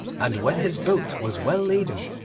and when his boat was well-laden,